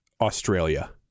Australia